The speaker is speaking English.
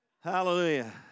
Hallelujah